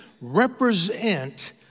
represent